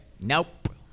nope